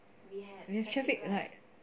we had traffic light